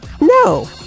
No